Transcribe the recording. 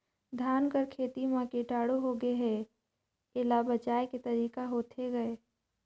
धान कर खेती म कीटाणु होगे हे एला बचाय के तरीका होथे गए?